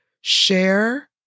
share